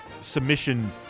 submission